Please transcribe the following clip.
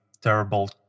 terrible